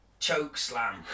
chokeslam